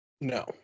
No